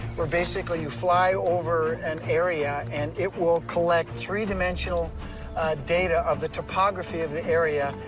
where, basically, you fly over an area, and it will collect three-dimensional data of the topography of the area.